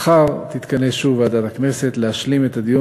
מחר תתכנס שוב ועדת הכנסת להשלים את הדיון